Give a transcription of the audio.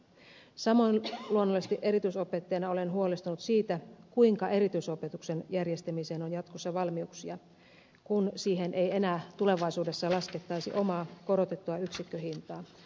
samoin luonnollisesti erityisopettajana olen huolestunut siitä kuinka erityisopetuksen järjestämiseen on jatkossa valmiuksia kun siihen ei enää tulevaisuudessa laskettaisi omaa korotettua yksikköhintaa